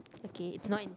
okay it's not